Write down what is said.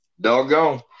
Doggone